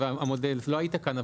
לא היית כאן,